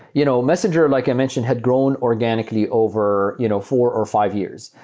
you know messenger, like i mentioned, had grown organically over you know four or five years,